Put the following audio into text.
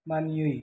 मानियै